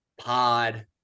pod